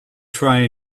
try